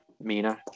Mina